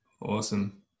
Awesome